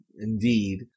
indeed